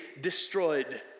destroyed